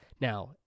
Now